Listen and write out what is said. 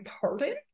pardon